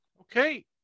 okay